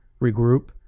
regroup